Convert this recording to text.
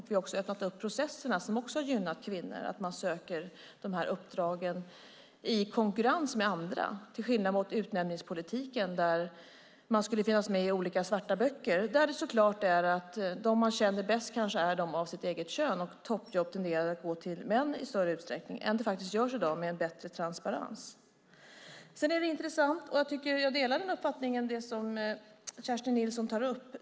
Vi har också öppnat upp processerna som har gynnat kvinnor som söker de här uppdragen i konkurrens med andra, till skillnad mot i utnämningspolitiken där man skulle finnas med i olika svarta böcker. Där tenderade toppjobb att gå till dem som man kände bäst, kanske av sitt eget kön, i större utsträckning än vad de gör i dag med en bättre transparens. Jag delar Kerstin Nilssons uppfattning.